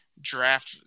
draft